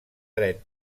dret